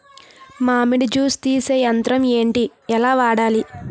మామిడి జూస్ తీసే యంత్రం ఏంటి? ఎలా వాడాలి?